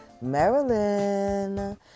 Marilyn